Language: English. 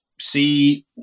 see